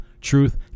Truth